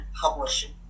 publishing